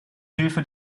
hilfe